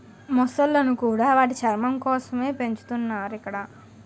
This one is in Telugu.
మొసళ్ళను కూడా వాటి చర్మం కోసమే పెంచుతున్నారు ఇక్కడ